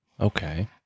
Okay